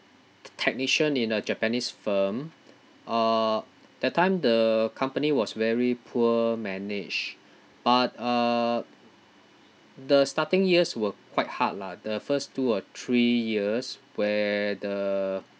tec~ technician in a japanese firm uh that time the company was very poor managed but uh the starting years were quite hard lah the first two or three years where the